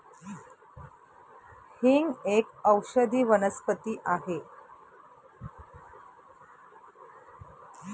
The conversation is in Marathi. हिंग एक औषधी वनस्पती आहे